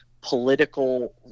political